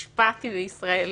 השפעתי בישראל.